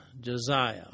Josiah